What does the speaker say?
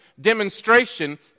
demonstration